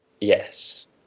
Yes